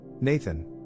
Nathan